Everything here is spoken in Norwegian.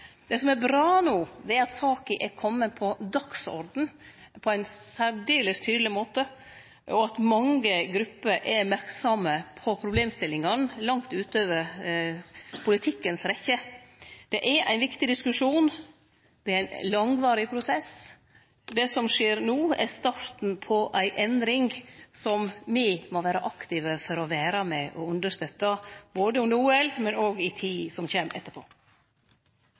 Det som er bra no, er at saka er komen på dagsordenen på ein særdeles tydeleg måte, og at mange grupper er merksame på problemstillingane, langt utover politikkens rekkjer. Det er ein viktig diskusjon. Det er ein langvarig prosess. Det som skjer no, er starten på ei endring som me må vere aktivt med å understøtte, både under OL og i tida som kjem etterpå.